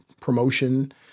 promotion